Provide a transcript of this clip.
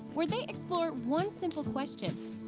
where they explore one simple question,